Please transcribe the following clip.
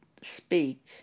speak